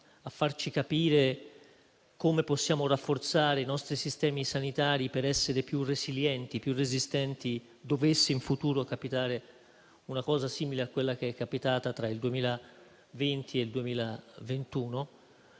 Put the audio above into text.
a farci capire come possiamo rafforzare i nostri sistemi sanitari per essere più resilienti e resistenti, dovesse in futuro capitare una cosa simile a quella che è capitata tra il 2020 e il 2021.